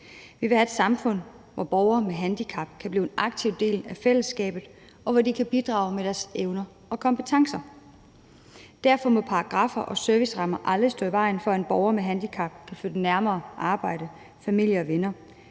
vi vil have et samfund, hvor borgere med handicap kan blive en aktiv del af fællesskabet, og hvor de kan bidrage med deres evner og kompetencer. Derfor må paragraffer og servicerammer aldrig stå i vejen for, at en borger med handicap kan flytte nærmere et arbejde, familie og venner,